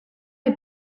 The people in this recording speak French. les